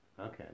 Okay